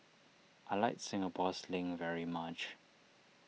I like Singapore Sling very much